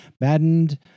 maddened